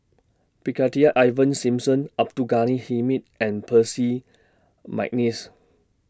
Brigadier Ivan Simson Abdul Ghani Hamid and Percy Mcneice